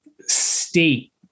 state